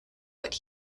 what